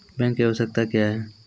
Bank की आवश्यकता क्या हैं?